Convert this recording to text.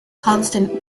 constant